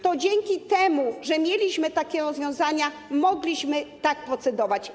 To dzięki temu, że mieliśmy takie rozwiązania, mogliśmy tak procedować.